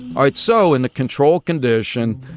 all right. so in the control condition,